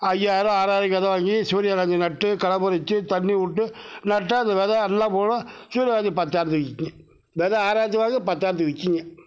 ஐயாயிரம் ஆறாயிரம் ரூபாய்க்கு விதை வாங்கி சூரியகாந்தி நட்டு களை பறிச்சு தண்ணி விட்டு நட்டால் அந்த விதை எல்லாம் பூடும் சூரியகாந்தி பத்தாயிரத்துக்கு விற்கிங்க விதை ஆறாயிரத்துக்கு வாங்கி பத்தாயிரத்துக்கு விற்கிங்க